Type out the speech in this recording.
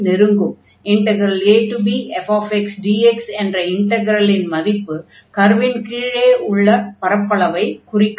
abfxdx என்ற இன்டக்ரலின் மதிப்பு கர்வின் கீழே உள்ள பரப்பளவைக் குறிக்கும்